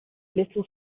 little